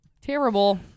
Terrible